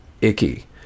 icky